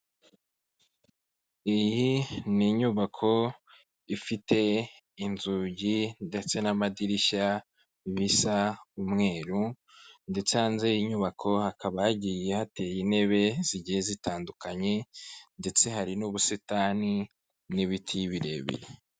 Iyi ni inyubako ifite inzugi ndetse n'amadirishya bisa umweru, ndetse hanze y'inyubako hakaba hagiye hateye intebe zigiye zitandukanye, ndetse hari n'ubusitani n'ibiti birebire.